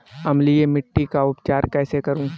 अम्लीय मिट्टी का उपचार कैसे करूँ?